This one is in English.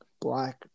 black